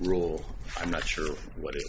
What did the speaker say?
rule i'm not sure what